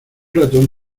ratón